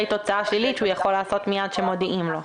תוצאה שלילית שהוא יכול לעשות מייד כשמודיעים לו.